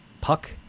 puck